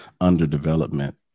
underdevelopment